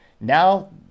Now